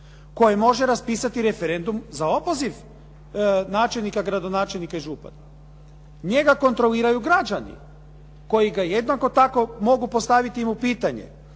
koje može raspisati referendum za opoziv načelnika, gradonačelnika i župana. Njega kontroliraju građani, koji ga jednako tako mogu mu postaviti pitanje,